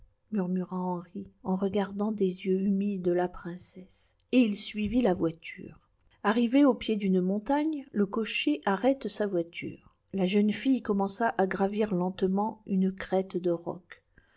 murmura henri en regardant des yeux humides la princesse et il suivit la voiture arrivé au pied d'une montagne le cocher arrête sa voiture la jeune fille commença à gravir lentement une crête de rocs